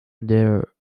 there